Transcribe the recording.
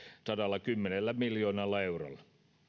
sadallakymmenellä miljoonalla eurolla